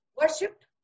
worshipped